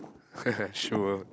sure